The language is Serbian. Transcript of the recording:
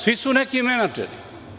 Svi su neki menadžeri.